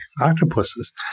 octopuses